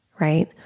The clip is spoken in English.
right